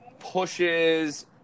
pushes